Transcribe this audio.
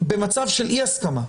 במצב של אי הסכמה.